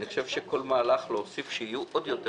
אני חושב שכל מהלך להוסיף שיהיו עוד יותר